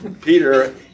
Peter